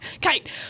Kate